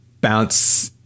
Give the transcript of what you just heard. bounce